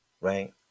right